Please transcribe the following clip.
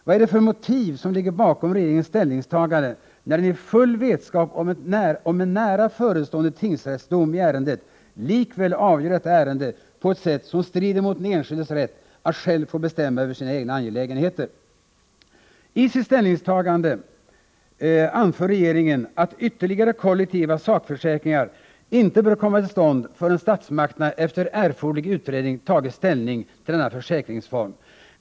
Vad är det för motiv som ligger bakom regeringens ställningstagande, när den i full vetskap om en nära förestående tingsrättsdom i ärendet likväl avgör detta ärende på sätt som strider mot den enskildes rätt att själv få bestämma över sina egna angelägenheter? I sitt ställningstagande anför regeringen att ytterligare kollektiva sakförsäkringar inte bör komma till stånd förrän statsmakterna efter erforderlig utredning tagit ställning till denna försäkringsform.